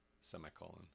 semicolon